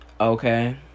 okay